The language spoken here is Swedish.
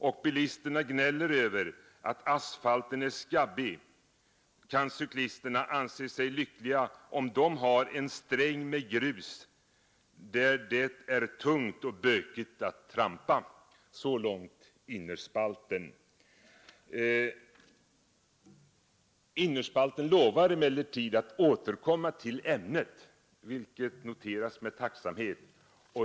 Om bilisterna gnäller över att asfalten är skabbig kan cyklisterna anse sej lyckliga om dom har en sträng med grus där det är tungt och bökigt att trampa.” Innerspalten lovar att återkomma till ämnet, vilket noteras med tacksamhet.